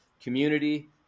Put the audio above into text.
Community